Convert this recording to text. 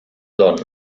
donna